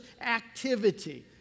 activity